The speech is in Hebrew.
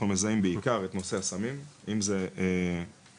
מזהים בעיקר את נושא הסמים אם זה קוקאין,